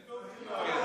וטוב שכך.